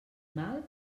mal